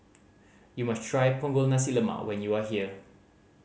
you must try Punggol Nasi Lemak when you are here